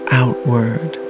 outward